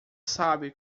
sabe